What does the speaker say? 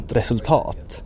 resultat